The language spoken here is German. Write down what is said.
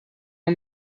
man